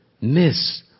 Miss